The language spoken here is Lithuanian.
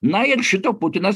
na ir šito putinas